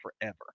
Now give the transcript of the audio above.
forever